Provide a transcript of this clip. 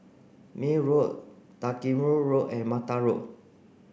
Mayne Road Dalkeith Road and Mata Road